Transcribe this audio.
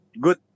good